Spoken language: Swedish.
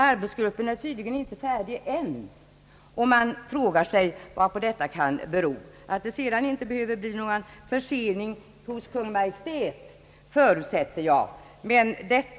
Arbetsgruppen är tydligen inte färdig än, och man frågar sig varpå detta kan bero. Att det sedan inte behöver bli någon försening hos Kungl. Maj:t förutsätter jag.